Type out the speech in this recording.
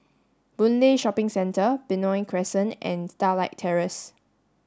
Boon Lay Shopping Centre Benoi Crescent and Starlight Terrace